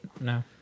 No